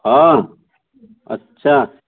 हाँ अच्छा